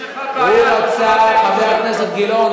חבר הכנסת גילאון,